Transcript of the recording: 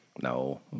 No